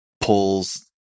pulls